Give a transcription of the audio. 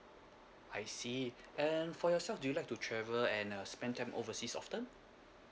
I see and for yourself do you like to travel and uh spend time overseas often